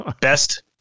Best